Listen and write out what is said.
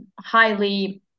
highly